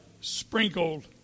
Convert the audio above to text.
sprinkled